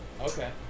Okay